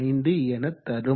038495 என தரும்